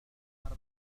أخرى